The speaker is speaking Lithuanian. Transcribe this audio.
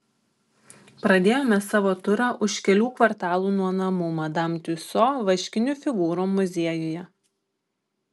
pradėjome savo turą už kelių kvartalų nuo namų madam tiuso vaškinių figūrų muziejuje